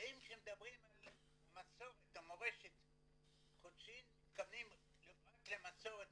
האם כשמדברים על מסורת או מורשת קוצ'ין מתכוונים רק למסורת